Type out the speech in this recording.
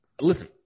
Listen